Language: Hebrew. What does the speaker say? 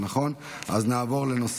אני לא הייתי,